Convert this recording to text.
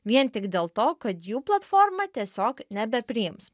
vien tik dėl to kad jų platforma tiesiog nebepriims